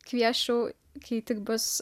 kviesčiau kai tik bus